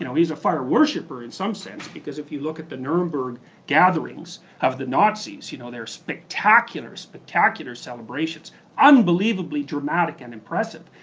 you know he's a fire worshipper in some sense, because if you look at the nuremberg gatherings of the nazis, you know they were spectacular, spectacular celebrations unbelievably dramatic and impressive,